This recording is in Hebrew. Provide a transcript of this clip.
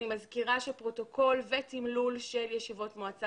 אני מזכירה שפרוטוקול ותמלול של ישיבות מועצה